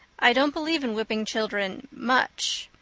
i don't believe in whipping children much.